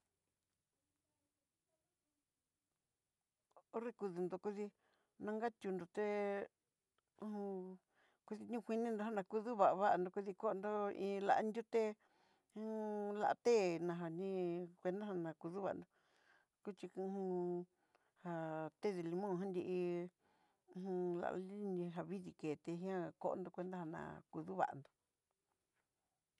Honreku dundó kudí niunka chiundó té jo kudi ñokui na kudú va'a vanró kodikonró, iin li'a nruté hu u un la'té najanii, cuenta ná kuduando kuxhí hu u un já té de limon ján nrí uj lalini njavidii ké té nguía kondo cuenta na kuduvandó.